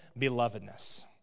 belovedness